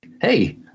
hey